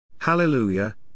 Hallelujah